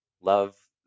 love